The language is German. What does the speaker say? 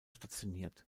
stationiert